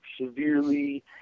severely